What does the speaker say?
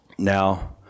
Now